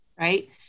right